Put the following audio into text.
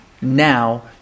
now